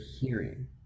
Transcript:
hearing